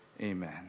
Amen